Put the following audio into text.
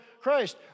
Christ